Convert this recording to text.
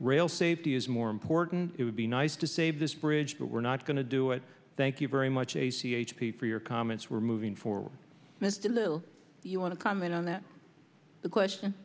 rail safety is more important it would be nice to save this bridge but we're not going to do it thank you very much a c h p for your comments we're moving forward mr lu you want to comment on that the question